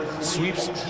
sweeps